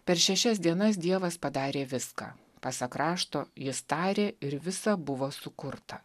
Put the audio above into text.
per šešias dienas dievas padarė viską pasak rašto jis tarė ir visa buvo sukurta